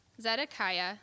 Zedekiah